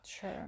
sure